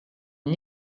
une